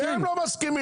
כי הם לא מסכימים.